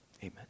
Amen